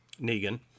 Negan